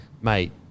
mate